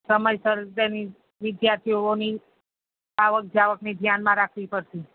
સમયસર તેની વિદ્યાર્થીઓની આવક જાવકને ધ્યાનમાં રાખવી પડશે